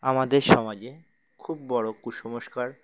আমাদের সমাজে খুব বড় কুসংস্কার